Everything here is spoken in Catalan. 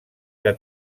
que